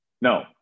No